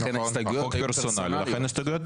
לכן ההסתייגויות היו פרסונליות.